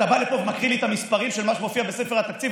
אתה בא לפה ומקריא לי את המספרים של מה שמופיע בספר התקציב?